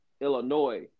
Illinois